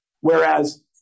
Whereas